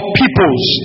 peoples